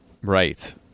right